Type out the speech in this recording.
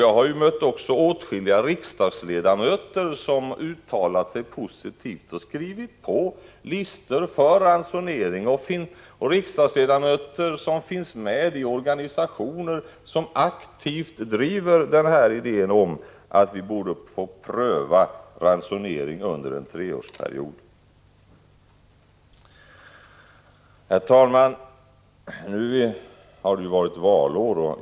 Jag har också mött åtskilliga riksdagsledamöter som har uttalat sig positivt och skrivit på listor för ransonering och som finns med i organisationer som aktivt driver den här idén om att vi borde få pröva ransonering under en treårsperiod. Herr talman! Nu har det varit valår.